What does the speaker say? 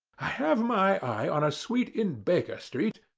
i have my eye on a suite in baker street,